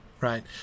right